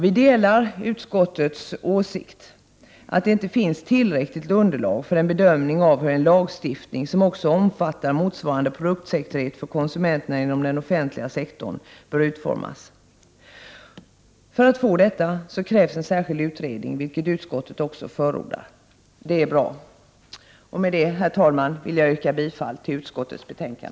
Vi delar utskottets åsikt att det inte finns tillräckligt underlag för en bedömning av hur en lag som också omfattar produktsäkerhet för konsumen terna inom den offentliga sektorn bör utformas. Därför krävs en särskild utredning, vilken utskottet förordar. Det är bra. Med detta, herr talman, yrkar jag bifall till utskottets hemställan.